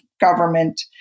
government